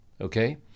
okay